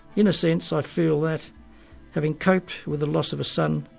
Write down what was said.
in a sense, i feel that having coped with the loss of a son,